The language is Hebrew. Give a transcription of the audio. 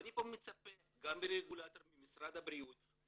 אני פה מצפה גם ממשרד הבריאות כרגולטור,